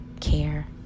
care